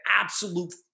absolute